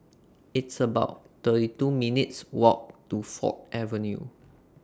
It's about thirty two minutes' Walk to Ford Avenue